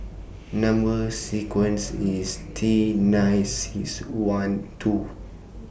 Number sequence IS T nine six one two